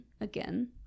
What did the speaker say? again